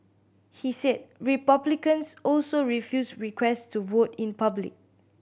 he said Republicans also refused requests to vote in public